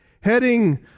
heading